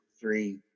three